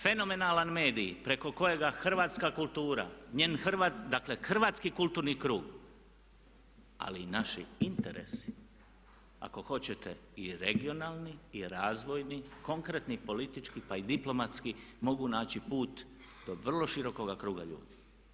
Fenomenalan medij preko kojega hrvatska kultura, dakle hrvatski kulturni krug ali i naši interesi, ako hoćete i regionalni i razvojni, konkretni politički pa i diplomatski mogu naći put do vrlo širokoga kruga ljudi.